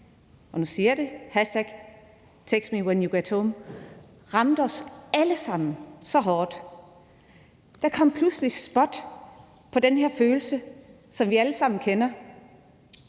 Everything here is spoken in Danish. fra England, #textmewhenyougethome, ramte os alle sammen så hårdt. Der kom pludselig et spot på den her følelse, som vi alle sammen kender,